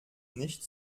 nicht